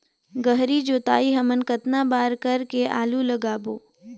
गहरी जोताई हमन कतना बार कर के आलू लगाबो?